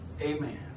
Amen